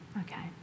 Okay